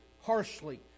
harshly